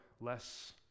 less